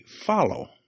follow